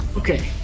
okay